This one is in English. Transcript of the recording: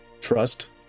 trust